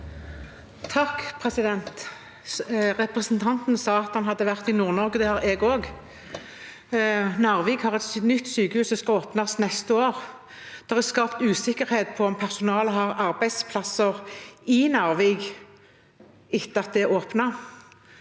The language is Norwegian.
(KrF) Represen- tanten sa at han hadde vært i Nord-Norge. Det har jeg også. Narvik har et nytt sykehus som skal åpnes neste år. Det er skapt usikkerhet rundt om personalet har arbeidsplasser i Narvik etter at det åpner.